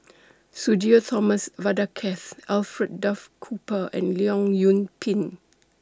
Sudhir Thomas Vadaketh Alfred Duff Cooper and Leong Yoon Pin